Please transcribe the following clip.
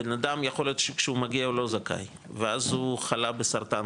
בנאדם יכול להיות שהוא מגיע הוא לא זכאי ואז הוא חלה בסרטן,